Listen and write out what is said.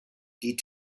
die